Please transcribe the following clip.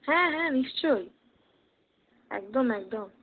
হ্যাঁ হ্যাঁ নিশ্চয়ই একদম একদম